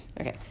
Okay